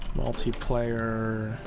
multiplayer